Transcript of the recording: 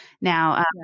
now